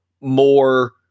more